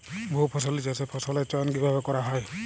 বহুফসলী চাষে ফসলের চয়ন কীভাবে করা হয়?